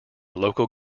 local